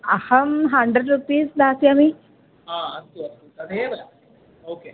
अहं hundred rupees दास्यामि आ अस्तु अस्तु तदेव ओके